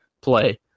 play